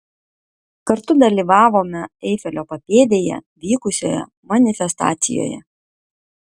kartu dalyvavome eifelio papėdėje vykusioje manifestacijoje